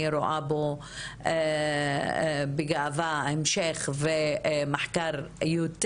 אני רואה בו בגאווה המשך ומחקר יותר